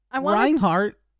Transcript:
Reinhardt